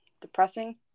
Depressing